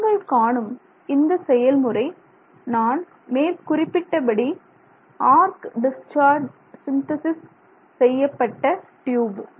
நீங்கள் காணும் இந்த செயல்முறை நான் மேற்குறிப்பிட்ட படி ஆர்க் டிஸ்சார்ஜ் சிந்தேசிஸ் செய்யப்பட்ட டியூப்